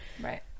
Right